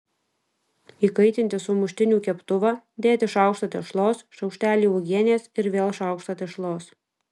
įkaitinti sumuštinių keptuvą dėti šaukštą tešlos šaukštelį uogienės ir vėl šaukštą tešlos